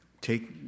take